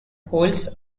holds